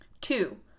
Two